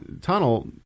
tunnel